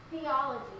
theology